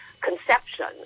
conception